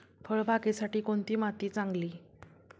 फळबागेसाठी कोणती माती चांगली?